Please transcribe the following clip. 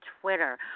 Twitter